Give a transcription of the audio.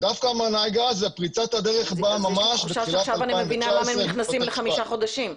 דווקא זו פריצת הדרך באה ממש בתחילת 2019 בבית המשפט.